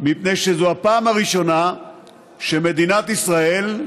מפני שזו הפעם הראשונה שמדינת ישראל,